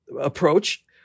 approach